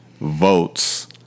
votes